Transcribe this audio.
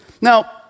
Now